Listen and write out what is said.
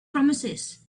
promises